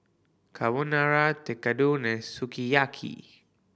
Carbonara Tekkadon and Sukiyaki